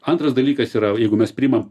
antras dalykas yra o jeigu mes priimam